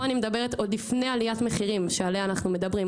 פה אני מדברת עוד לפני עליית מחירים שעליה אנחנו מדברים,